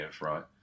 right